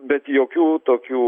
bet jokių tokių